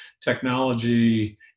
technology